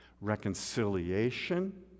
reconciliation